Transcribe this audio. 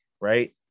right